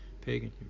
pagan